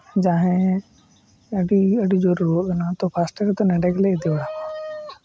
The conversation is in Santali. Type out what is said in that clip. ᱡᱟᱦᱟᱸᱭ ᱟᱹᱰᱤ ᱟᱹᱰᱤ ᱡᱳᱨ ᱨᱩᱣᱟᱹᱜ ᱠᱟᱱᱟ ᱛᱚ ᱯᱷᱟᱥᱴ ᱨᱮᱜᱮ ᱛᱚ ᱱᱚᱸᱰᱮ ᱜᱮᱞᱮ ᱤᱫᱤᱭᱮᱭᱟ